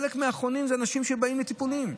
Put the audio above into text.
חלק מהחולים הם אנשים שבאים לטיפולים,